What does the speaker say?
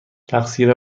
تقصیر